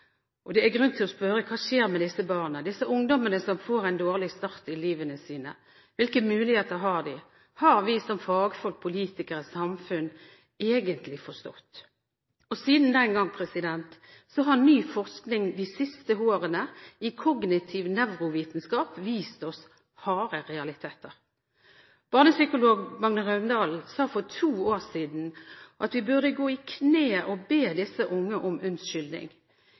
Det er grunn til å spørre: Hva skjer med disse barna, disse ungdommene som får en dårlig start i livet sitt? Hvilke muligheter har de? Har vi som fagfolk, politikere og samfunn egentlig forstått? Siden den gang har ny forskning i kognitiv nevrovitenskap de siste årene vist oss harde realiteter. Barnepsykolog Magne Raundalen sa for to år siden at vi burde gå på kne og be disse unge om unnskyldning.